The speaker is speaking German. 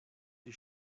die